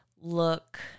look